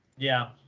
yeah.